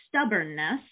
stubbornness